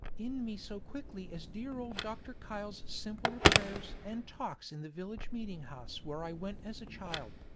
in me so quickly as dear old dr. kyle's simpler prayers and talks in the village meeting-house where i went as a child.